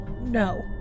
No